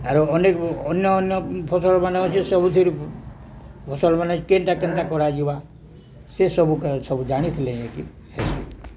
ଆରୁ ଅନେକ ଅନ୍ୟ ଅନ୍ୟ ଫସଲମାନେ ଅଛି ସବୁଥିରୁ ଫସଲ ମାନ କେନ୍ତା କେନ୍ତା କରାଯିବା ସେ ସବୁ ସବୁ ଜାଣିଥିଲେ ନିକି